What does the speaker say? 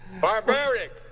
Barbaric